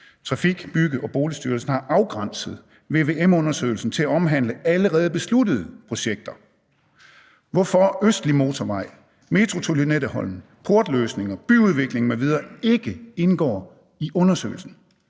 Trafik-, Bygge og Boligstyrelsen har afgrænset vvm-undersøgelsen til at omhandle allerede besluttede projekter, og derfor indgår den østlige motorvej, metro til Lynetteholmen, portløsninger, byudvikling m.v. ikke i undersøgelsen.